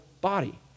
body